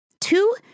two